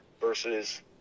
versus